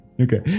Okay